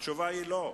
התשובה היא לא.